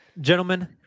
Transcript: gentlemen